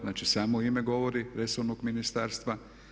Znači, samo ime govori resornog ministarstva.